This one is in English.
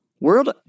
World